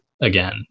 again